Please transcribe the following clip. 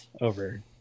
over